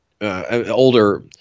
older –